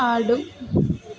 ఆడు